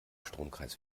stromkreis